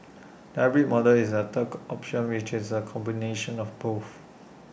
the hybrid model is the third option which is A combination of both